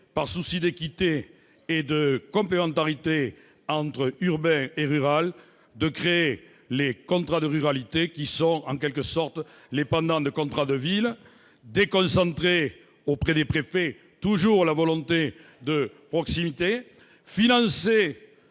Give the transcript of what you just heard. par souci d'équité et de complémentarité entre territoires urbains et ruraux, de créer les contrats de ruralité, qui sont en quelque sorte les pendants des contrats de ville ; de déconcentrer auprès des préfets, toujours dans une volonté de proximité ;